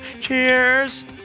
Cheers